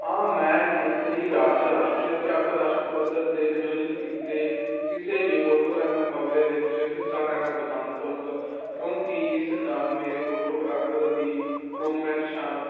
ਹਾਂ ਮੈਂ ਖੇਤਰੀ ਰਾਜ ਰਾਸ਼ਟਰੀ ਅਤੇ ਅੰਤਰਰਾਸ਼ਟਰੀ ਪੱਧਰ 'ਤੇ ਅਯੋਜਿਤ ਕੀਤੇ ਕਿਸੇ ਵੀ ਫੋਟੋਗ੍ਰਾਫੀ ਮੁਕਾਬਲੇ ਵਿੱਚ ਹਿੱਸਾ ਲੈਣਾ ਪਸੰਦ ਕਰੂੰਗਾ ਕਿਉਂਕਿ ਇਸ ਨਾਲ ਮੇਰੇ ਫੋਟੋਗ੍ਰਾਫਰ ਦੀ ਪਰੂਵਮੈਟ ਸ਼ਾਮ